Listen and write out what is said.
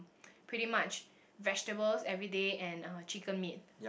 pretty much vegetables everyday and uh chicken meat